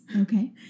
Okay